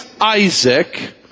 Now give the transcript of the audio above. Isaac